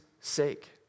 sake